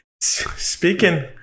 speaking